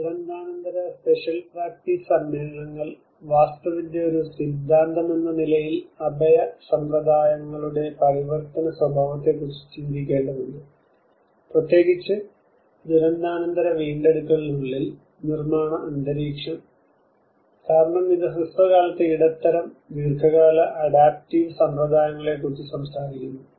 ദുരന്താനന്തര spatial practice സമ്മേളനങ്ങൾ വാസ്തുവിദ്യ ഒരു സിദ്ധാന്തമെന്ന നിലയിൽ അഭയ സമ്പ്രദായങ്ങളുടെ പരിവർത്തന സ്വഭാവത്തെക്കുറിച്ച് ചിന്തിക്കേണ്ടതുണ്ട് പ്രത്യേകിച്ച് ദുരന്താനന്തര വീണ്ടെടുക്കലിനുള്ളിൽ നിർമ്മാണ അന്തരീക്ഷം കാരണം ഇത് ഹ്രസ്വകാലത്തെ ഇടത്തരം ദീർഘകാല അഡാപ്റ്റീവ് സമ്പ്രദായങ്ങളെക്കുറിച്ച് സംസാരിക്കുന്നു